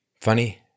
funny